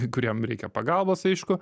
kuriam reikia pagalbos aišku